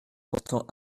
portant